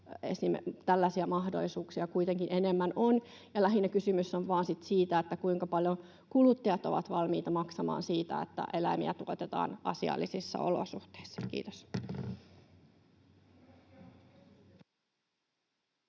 tällaisia mahdollisuuksia kuitenkin enemmän on, ja lähinnä kysymys on sitten vaan siitä, kuinka paljon kuluttajat ovat valmiita maksamaan siitä, että eläimiä tuotetaan asiallisissa olosuhteissa. — Kiitos.